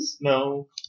No